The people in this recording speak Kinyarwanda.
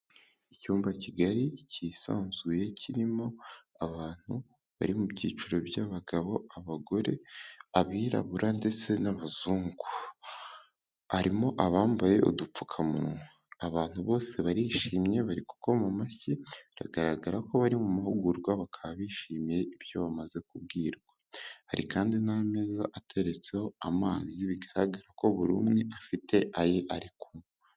Icyumba kigari kisanzuye, kirimo abantu bari mu byiciro by'abagabo, abagore, abirabura ndetse n'abazungu, harimo abambaye udupfukamunwa, abantu bose barishimye, bari gukoma amashyi, biragaragara ko bari mu mahugurwa, bakaba bishimiye ibyo bamaze kubwirwa, hari kandi n'ameza ateretseho amazi, bigaragara ko buri umwe, afite aye ari kunywa.